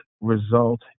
result